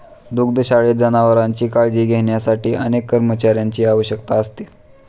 दुग्धशाळेत जनावरांची काळजी घेण्यासाठी अनेक कर्मचाऱ्यांची आवश्यकता असते